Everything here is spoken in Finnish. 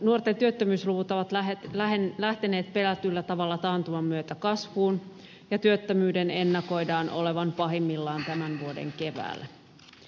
nuorten työttömyysluvut ovat lähteneet pelätyllä tavalla taantuman myötä kasvuun ja työttömyyden ennakoidaan olevan pahimmillaan tämän vuoden keväällä